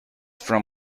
from